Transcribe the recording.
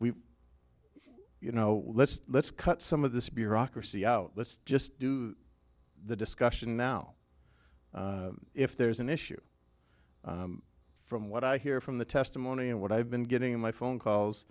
we you know let's let's cut some of this bureaucracy out let's just do the discussion now if there's an issue from what i hear from the testimony and what i've been getting in my phone calls